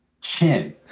Chin